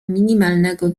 minimalnego